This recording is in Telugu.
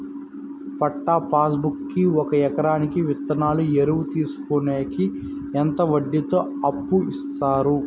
పట్టా పాస్ బుక్ కి ఒక ఎకరాకి విత్తనాలు, ఎరువులు తీసుకొనేకి ఎంత వడ్డీతో అప్పు ఇస్తారు?